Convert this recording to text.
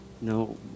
No